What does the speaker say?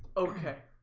okay,